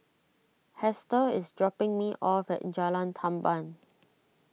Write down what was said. Hester is dropping me off at in Jalan Tamban